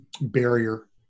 barrier